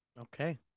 Okay